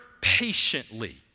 patiently